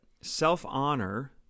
self-honor